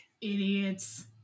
Idiots